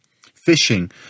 Fishing